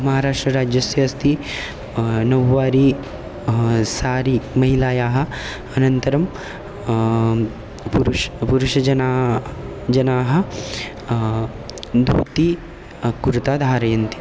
महाराष्ट्रराज्यस्य अस्ति नव्वारि सारि महिलायाः अनन्तरं पुरुषः पुरुषजना जनाः धूति कुर्ता धारयन्ति